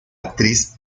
actriz